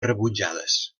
rebutjades